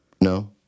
No